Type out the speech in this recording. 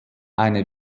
eine